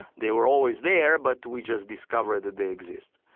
they were always there but we just discovered that they exist.